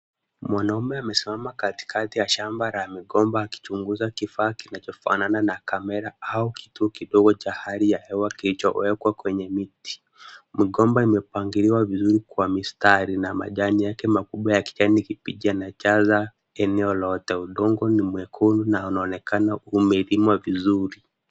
Mwanaume amesimama Katikati ya shamba la migomba akichunguza kifaa kinacho fanana na kamera au kituo kidogo cha hali ya hewa kilicho wekwa kwenye miti. Migomba imepangiliwa vizuri kwa mistari na majani yake makubwa ya kijani kibichi yanajaza eneo lote. Udongo ni mwekundu na unaonekana umelimwa vizuri.